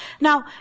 Now